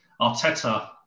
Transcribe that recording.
Arteta